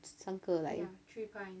三个 like